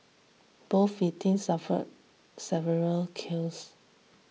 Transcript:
both victims suffered several kills